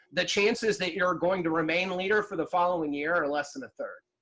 the chances that you're going to remain leader for the following year are less than a third.